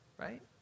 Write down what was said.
right